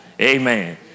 Amen